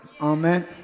Amen